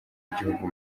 igihugu